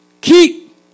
keep